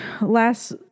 last